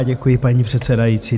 Děkuji, paní předsedající.